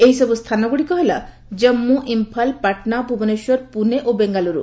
ଏହିସବୁ ସ୍ଥାନଗୁଡ଼ିକ ହେଲା ଜାନ୍ଗୁ ଇମ୍ଫାଲ୍ ପାଟନା ଭୁବନେଶ୍ୱର ପୁନେ ଓ ବେଙ୍ଗାଲୁରୁ